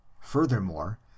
furthermore